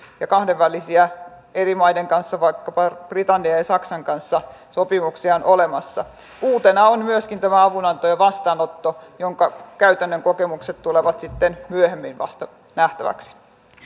ja kahdenvälisiä sopimuksia eri maiden kanssa vaikkapa britannian ja saksan kanssa on olemassa uutena on myöskin tämä avunanto ja vastaanotto jonka käytännön kokemukset tulevat sitten myöhemmin vasta nähtäväksi